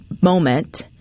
moment